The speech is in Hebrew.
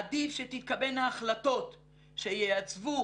עדיף שתתקבלנה החלטות שייצבו,